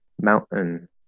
mountain